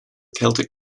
celtic